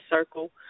circle